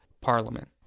parliament